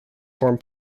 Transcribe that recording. form